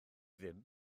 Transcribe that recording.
ddim